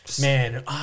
Man